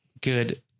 good